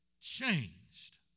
Changed